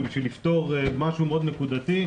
ובשביל לפתור משהו מאוד נקודתי,